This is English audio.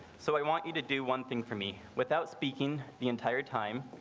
so i want you to do one thing for me without speaking the entire time.